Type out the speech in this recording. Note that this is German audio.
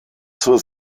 zur